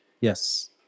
Yes